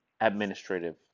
administrative